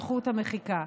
זכות המחיקה.